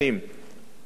אין הסכם שלום,